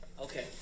Okay